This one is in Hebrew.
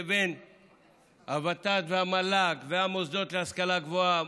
לבין הוות"ת והמל"ג והמוסדות להשכלה גבוהה.